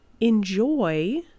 enjoy